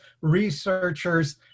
researchers